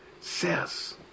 says